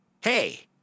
Hey